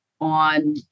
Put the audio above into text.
on